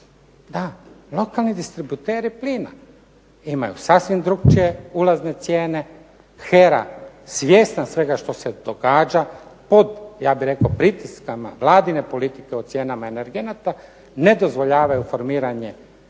Da, lokalni distributeri plina imaju sasvim drukčije ulazne cijene. HERA svjesna svega što se događa pod ja bih rekao pritiskama vladine politike o cijenama energenata ne dozvoljavaju formiranje